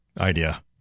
idea